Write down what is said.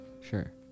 Sure